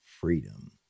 freedom